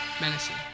menacing